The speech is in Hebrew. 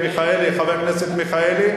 חבר הכנסת מיכאלי,